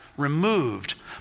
removed